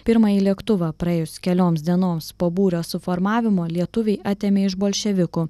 pirmąjį lėktuvą praėjus kelioms dienoms po būrio suformavimo lietuviai atėmė iš bolševikų